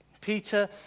Peter